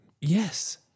Yes